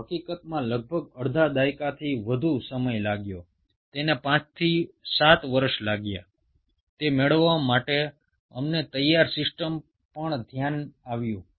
প্রায় অর্ধেক দর্শক অর্থাৎ প্রায় 5 থেকে 7 বছর আমাদের এই ধরনের সিস্টেম গড়ে তুলতে সময় লেগেছে